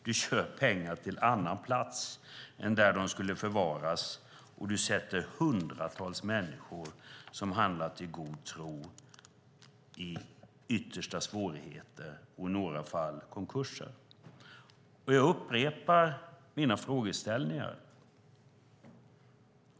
Man kör pengarna till en annan plats än där de skulle förvaras och sätter hundratals människor som handlat i god tro i stora svårigheter och i några fall konkurs. Jag upprepar mina frågor.